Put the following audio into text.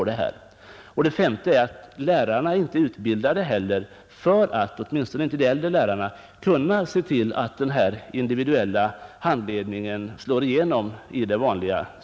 Den femte orsaken är att åtminstone inte de äldre lärarna är utbildade för att kunna ge individuell handledningen i större utsträckning.